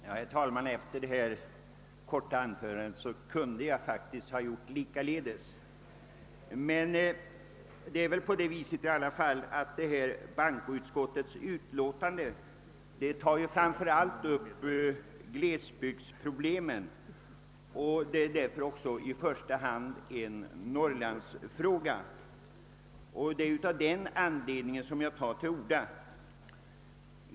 Herr talman! Egentligen skulle jag kunna göra precis som herr Sundelin nyss. Men i bankoutskottets utlåtande nr 30 behandlas framför allt glesbygdsproblemen. Det gäller alltså i första hand norrlandsfrågor, och jag vill därför ändå säga några ord.